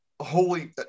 Holy